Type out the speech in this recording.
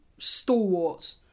stalwarts